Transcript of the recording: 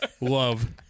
love